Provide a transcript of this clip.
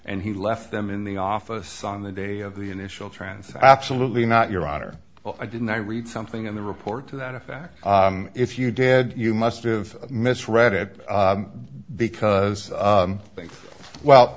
and he left them in the office on the day of the initial transfer absolutely not your honor i didn't i read something in the report to that effect if you did you must've misread it because well